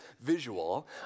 visual